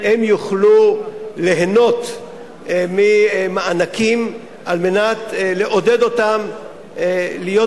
הם יוכלו ליהנות ממענקים כדי לעודד אותם לא רק להיות